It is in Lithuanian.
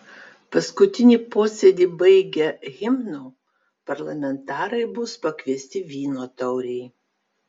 paskutinį posėdį baigę himnu parlamentarai bus pakviesti vyno taurei